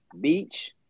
beach